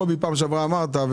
קובי, בפעם שעברה אמרת.